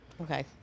Okay